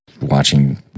watching